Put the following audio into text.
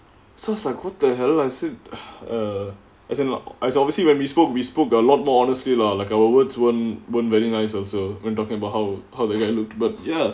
so it's like what the hell I said err as in like as obviously when we spoke we spoke a lot more honestly lah like our words weren't weren't very nice also when talking about how how that guy looked but ya